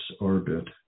orbit